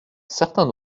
certains